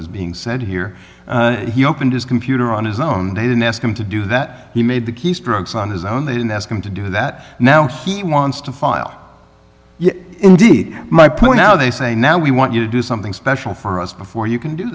is being said here and he opened his computer on his own didn't ask him to do that he made the keystrokes on his own they didn't ask him to do that now he wants to file indeed my point now they say now we want you to do something special for us before you can do